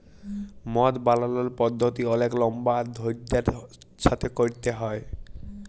মদ বালালর পদ্ধতি অলেক লম্বা আর ধইর্যের সাথে ক্যইরতে হ্যয়